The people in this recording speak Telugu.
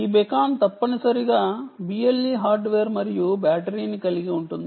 ఈ బీకాన్ తప్పనిసరిగా BLE హార్డ్వేర్ మరియు బ్యాటరీని కలిగి ఉంటుంది